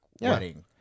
wedding